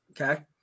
Okay